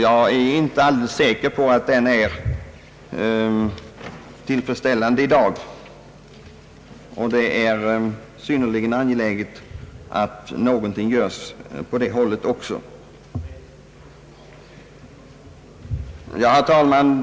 Jag är inte alldeles säker på att den är tillfredsställande i dag. Det är synnerligen angeläget att någonting görs på det hållet också. Herr talman!